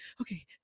okay